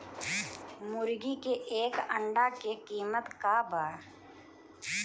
मुर्गी के एक अंडा के कीमत का बा?